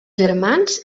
germans